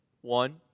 One